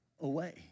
away